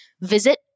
Visit